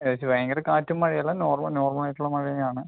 എന്നുവെച്ച് ഭയങ്കര കാറ്റും മഴയുമല്ല നോർമ നോർമൽ ആയിട്ടുള്ള മഴയാണ്